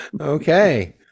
Okay